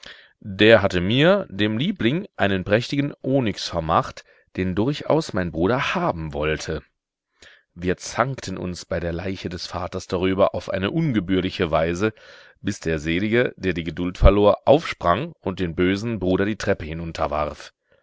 der hatte mir dem liebling einen prächtigen onyx vermacht den durchaus mein bruder haben wollte wir zankten uns bei der leiche des vaters darüber auf eine ungebührliche weise bis der selige der die geduld verlor aufsprang und den bösen bruder die treppe